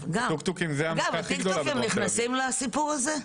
הטוקטוקים נכנסים לסיפור הזה?